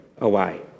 away